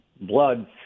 blood